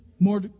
more